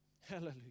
Hallelujah